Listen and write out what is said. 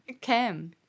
Cam